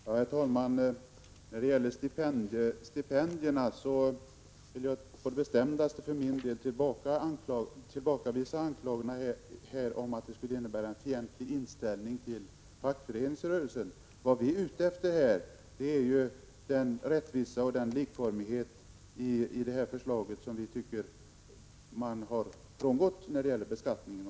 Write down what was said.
Herr talman! När det gäller stipendierna vill jag för min del på det bestämdaste tillbakavisa anklagelserna att det skulle röra sig om en fientlig inställning till fackföreningsrörelsen. Vi eftersträvar rättvisa och likformighet, som vi tycker att man i detta fall har frångått när det gäller beskattningen.